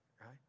right